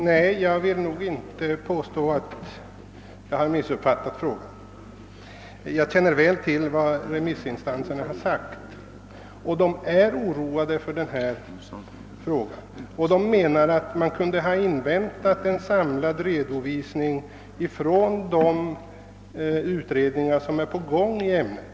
Herr talman! Nej, jag vill inte gå med på att jag har missuppfattat frågan. Jag känner väl till vad remissinstan serna har uttalat. De är oroade av utvecklingen på detta område och menar att man kunde ha inväntat en samlad redovisning av de utredningar som är på gång i ämnet.